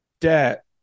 debt